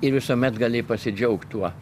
ir visuomet gali pasidžiaugt tuo